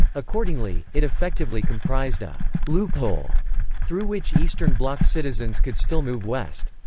accordingly, it effectively comprised a loophole through which eastern bloc citizens could still move west.